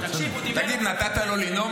קצת אמת.